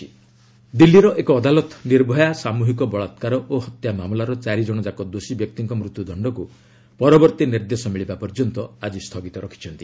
court Nirbhaya କନ୍ଭିକୁ ଦିଲ୍ଲୀର ଏକ ଅଦାଲତ ନିର୍ଭୟା ସାମୁହିକ ବଳାକ୍କାର ଓ ହତ୍ୟା ମାମଲାର ଚାରି ଜଣ ଯାକ ଦୋଷୀ ବ୍ୟକ୍ତିଙ୍କ ମୃତ୍ୟୁ ଦଶ୍ଚକୁ ପରବର୍ତ୍ତୀ ନିର୍ଦ୍ଦେଶ ମିଳିବା ପର୍ଯ୍ୟନ୍ତ ଆଜି ସ୍ଥଗିତ ରଖିଛନ୍ତି